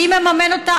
מי מממן אותה?